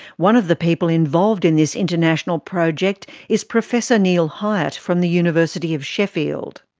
one of the people involved in this international project is professor neil hyatt from the university of sheffield.